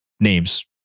names